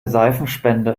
seifenspender